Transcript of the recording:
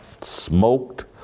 smoked